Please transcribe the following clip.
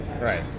Right